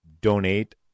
donate